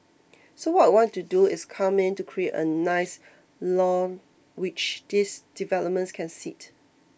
so what we want to do is come in to create a nice lawn which these developments can sit